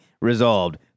resolved